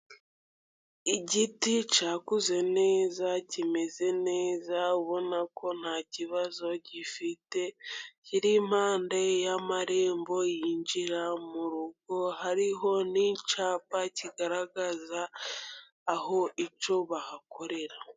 Igiti cyakuze neza, kimeze neza, ubona ko nta kibazo gifite, kiri impande y'amarembo yinjira mu rugo, hariho n'icyapa kigaragaza aho icyo bahakorera.